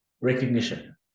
recognition